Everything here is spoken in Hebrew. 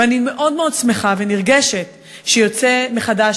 ואני מאוד מאוד שמחה ונרגשת שיוצא מחדש